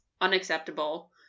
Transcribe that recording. unacceptable